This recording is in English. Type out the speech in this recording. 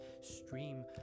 stream